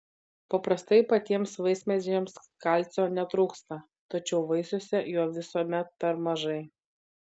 paprastai patiems vaismedžiams kalcio netrūksta tačiau vaisiuose jo visuomet per mažai